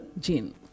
gene